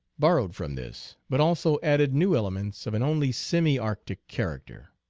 borrowed from this, but also added new elements of an only semi-arctic character.